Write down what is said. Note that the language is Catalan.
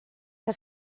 que